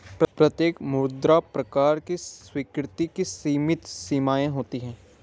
प्रत्येक मुद्रा प्रकार की स्वीकृति की सीमित सीमाएँ होती हैं